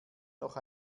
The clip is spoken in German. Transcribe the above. noch